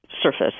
surface